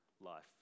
life